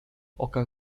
oka